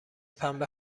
پنبه